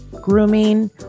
grooming